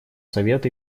совет